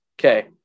okay